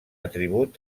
atribut